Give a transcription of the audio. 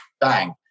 bang